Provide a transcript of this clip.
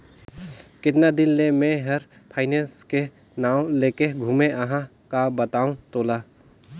केतना दिन ले मे हर फायनेस के नाव लेके घूमें अहाँ का बतावं तोला